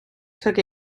took